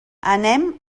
anem